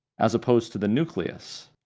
as opposed to the nucleus.